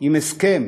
עם הסכם.